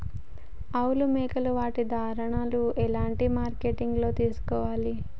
ఆవులు మేకలు వాటి దాణాలు ఎలాంటి మార్కెటింగ్ లో తీసుకోవాలి?